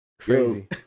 crazy